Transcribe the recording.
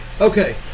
Okay